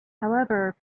however